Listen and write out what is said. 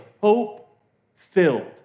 hope-filled